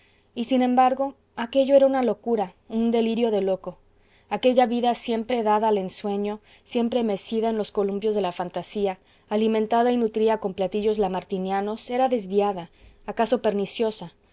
y sin embargo aquello era una locura un delirio de loco aquella vida siempre dada al ensueño siempre mecida en los columpios de la fantasía alimentada y nutrida con platillos lamartinianos era desviada acaso perniciosa